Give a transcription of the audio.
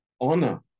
honor